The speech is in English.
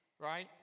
right